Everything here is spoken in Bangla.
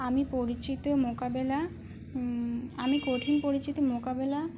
আমি পরিচিত মোকাবেলা আমি কঠিন পরিচিত মোকাবেলা